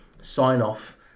sign-off